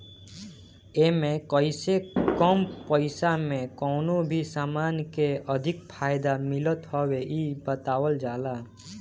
एमे कइसे कम पईसा में कवनो भी समान के अधिक फायदा मिलत हवे इ बतावल जाला